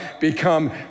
become